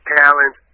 talent